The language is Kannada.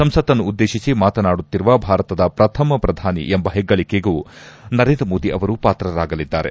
ಸಂಸತ್ತನ್ನು ಉದ್ದೇಶಿಸಿ ಮಾತನಾಡುತ್ತಿರುವ ಭಾರತದ ಪ್ರಥಮ ಪ್ರಧಾನಿ ಎಂಬ ಹೆಗ್ಗಳಕೆಗೂ ನರೇಂದ್ರ ಮೋದಿ ಅವರು ಪಾತ್ರರಾಗಲಿದ್ದಾರೆ